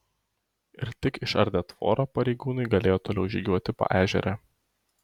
ir tik išardę tvorą pareigūnai galėjo toliau žygiuoti paežere